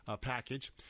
package